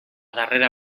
darrera